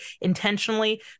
intentionally